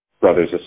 brothers